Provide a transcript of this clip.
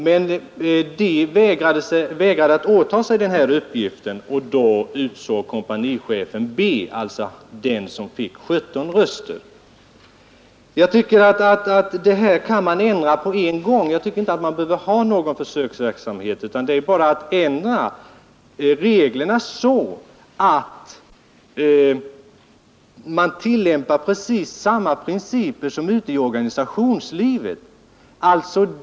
Men D vägrade åta Nr 8 sig uppgiften, och då utsåg kompanichefen B, alltså den som fick 17 Torsdagen den söster: 20 januari 1972 Det här tycker jag att man kan ändra på en gång så att man tillämpar samma principer som i organisationslivet. För det behövs ingen försöksverksamhet.